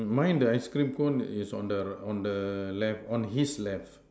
mine the ice cream cone is on the on the left on his left